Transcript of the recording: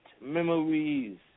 memories